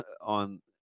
on